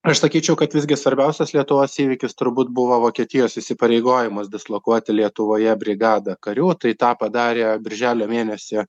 aš sakyčiau kad visgi svarbiausias lietuvos įvykis turbūt buvo vokietijos įsipareigojimas dislokuoti lietuvoje brigadą karių tai tą padarė birželio mėnesį